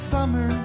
Summer